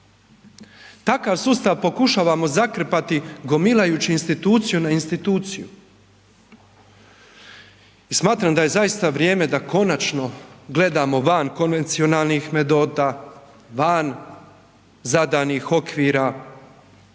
Takav sustav pokušavamo zakrpati gomilajući instituciju na instituciju. I smatram da je konačno vrijeme da konačno gledamo van konvencionalnih metoda, van zadanih okvira,